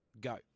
go